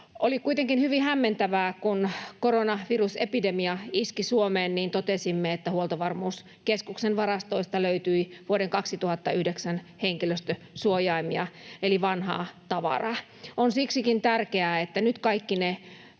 Oli kuitenkin hyvin hämmentävää, kun koronavirusepidemia iski Suomeen, totesimme, että Huoltovarmuuskeskuksen varastoista löytyi vuoden 2009 henkilöstösuojaimia, eli vanhaa tavaraa. On siksikin tärkeää, että nyt kaikki ne